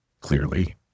clearly